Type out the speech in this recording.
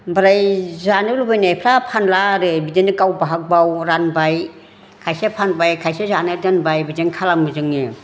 ओमफ्राय जानो लुबैनायफोरा फानला आरो बिदिनो गाव बाहाग गाव रानबाय खायसे फानबाय खायसे जानो दोनबाय बिदिनो खालामो जोङो